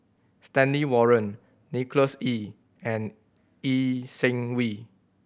Stanley Warren Nicholas Ee and Lee Seng Wee